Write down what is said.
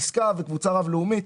עסקה וקבוצה רב לאומית.